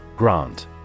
Grant